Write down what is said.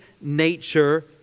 nature